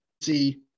see